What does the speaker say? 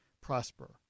prosper